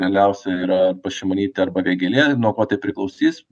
galiausiai yra arba šimonytė arba vėgėlė nuo ko tai priklausys